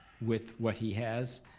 with what he has,